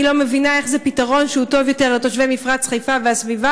אני לא מבינה איך זה פתרון שהוא טוב יותר לתושבי מפרץ חיפה והסביבה.